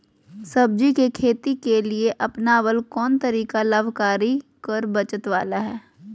सब्जी के खेती के लिए अपनाबल कोन तरीका लाभकारी कर बचत बाला है?